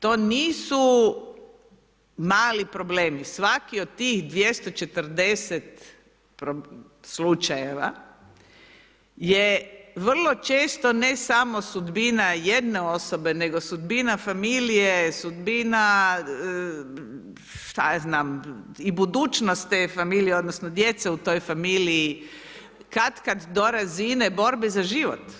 To nisu mali problemi, svaki od tih 240 slučajeva je vrlo često ne samo sudbina jedne osobe nego sudbina familije, sudbina, šta ja znam, i budućnosti te familije, odnosno djece u toj familiji katkad do razine borbe za život.